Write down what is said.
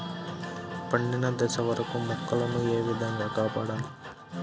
పండిన దశ వరకు మొక్కల ను ఏ విధంగా కాపాడాలి?